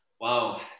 wow